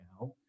now